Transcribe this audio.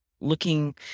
looking